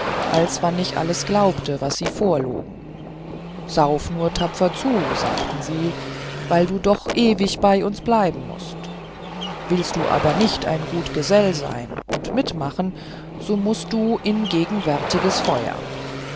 als wann ich alles glaubte was sie vorlogen sauf nur tapfer zu sagten sie weil du doch ewig bei uns bleiben mußt willst du aber nicht ein gut gesell sein und mitmachen so mußt du in gegenwärtiges feur